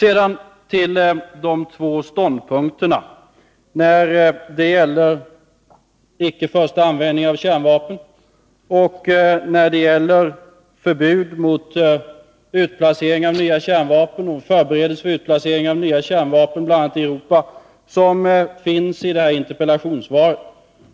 Sedan till de ståndpunkter när det gäller icke-första-användning av kärnvapen och när det gäller förbud mot utplacering och förberedelse för utplacering av nya kärnvapen, bl.a. i Europa, som finns i interpellationssvaret.